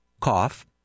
cough